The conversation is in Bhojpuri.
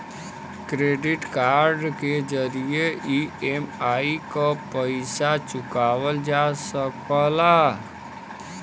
क्रेडिट कार्ड के जरिये ई.एम.आई क पइसा चुकावल जा सकला